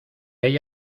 hay